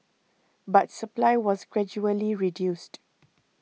but supply was gradually reduced